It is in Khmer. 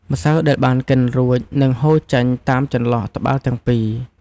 ម្សៅដែលបានកិនរួច នឹងហូរចេញតាមចន្លោះត្បាល់ទាំងពីរ។